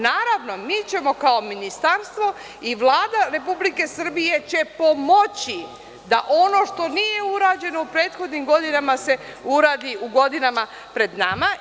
Naravno, mi ćemo kao Ministarstvo i Vlada Republike Srbije će pomoći da ono što nije urađeno u prethodnim godinama da se uradi u godinama pred nama.